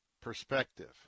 perspective